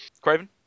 Craven